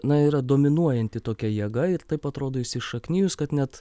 na yra dominuojanti tokia jėga ir taip atrodo įsišaknijus kad net